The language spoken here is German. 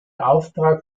auftrag